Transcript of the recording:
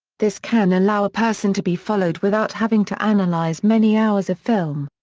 this can allow a person to be followed without having to analyze many hours of film.